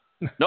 No